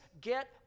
get